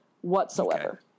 whatsoever